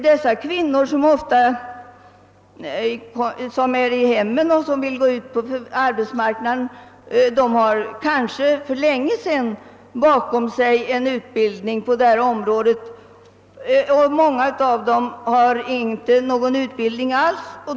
De kvinnor som arbetar hemma men som vill ut på arbetsmarknaden har kanske för länge sedan utbildat sig på området i fråga eller har i många fall inte någon utbildning alls.